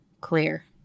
clear